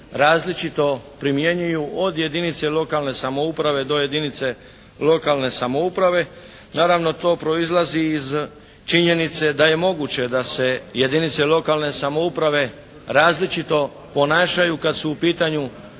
različito primjenjuju od jedinice lokalne samouprave do jedinice lokalne samouprave. Naravno to proizlazi iz činjenice da je moguće da se jedinice lokalne samouprave različito ponašaju kad su u pitanju